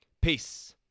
Peace